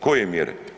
Koje mjere?